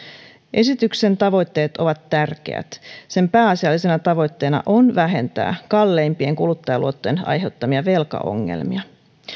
esityksen tavoitteet ovat tärkeät sen pääasiallisena tavoitteena on vähentää kalleimpien kuluttajaluottojen aiheuttamia velkaongelmia